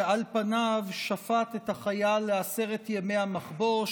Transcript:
שעל פניו שפט את החייל לעשרת ימי המחבוש,